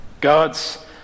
God's